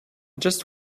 just